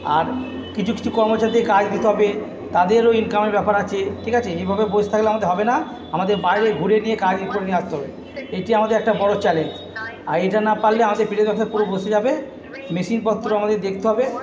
আর কিছু কিছু কর্মচারীদের কাজ দিতে হবে তাদেরও ইনকামের ব্যাপার আছে ঠিক আছে এইভাবে বসে থাকলে আমাদের হবে না আমাদের বাইরে ঘুরে নিয়ে কাজ করে নিয়ে আসতে হবে এইটি আমাদের একটা বড়ো চ্যালেঞ্জ আর এইটা না পারলে আমাদের প্রেস ব্যবসা পুরো বসে যাবে মেশিনপত্র আমাদের দেখতে হবে